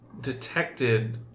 detected